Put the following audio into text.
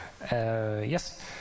Yes